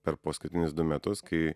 per paskutinius du metus kai